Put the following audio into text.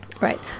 Right